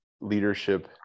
leadership